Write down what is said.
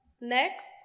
Next